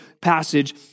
passage